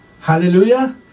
Hallelujah